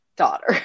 daughter